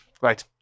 right